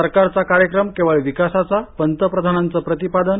सरकारचा कार्यक्रम केवळ विकासाचा पंतप्रधानांचं प्रतिपादन